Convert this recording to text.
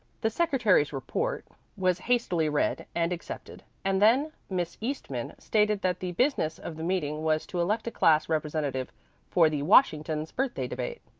the secretary's report was hastily read and accepted, and then miss eastman stated that the business of the meeting was to elect a class representative for the washington's birthday debate.